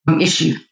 issue